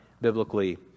biblically